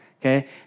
Okay